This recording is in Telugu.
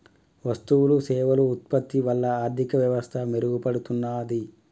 వస్తువులు సేవలు ఉత్పత్తి వల్ల ఆర్థిక వ్యవస్థ మెరుగుపడుతున్నాది